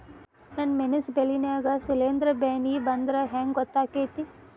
ನನ್ ಮೆಣಸ್ ಬೆಳಿ ನಾಗ ಶಿಲೇಂಧ್ರ ಬ್ಯಾನಿ ಬಂದ್ರ ಹೆಂಗ್ ಗೋತಾಗ್ತೆತಿ?